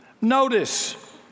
Notice